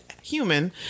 human